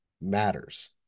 matters